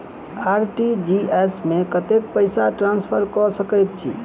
RTGS मे कतेक पैसा ट्रान्सफर कऽ सकैत छी?